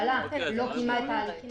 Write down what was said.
לא קיימה את ההליכים